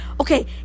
Okay